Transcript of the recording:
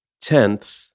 Tenth